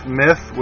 myth